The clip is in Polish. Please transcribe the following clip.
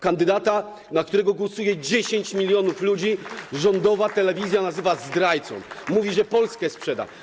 Kandydata, na którego głosuje 10 mln ludzi, rządowa telewizja nazywa zdrajcą, mówi, że sprzeda Polskę.